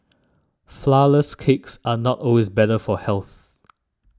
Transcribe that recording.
Flourless Cakes are not always better for health